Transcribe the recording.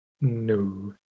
No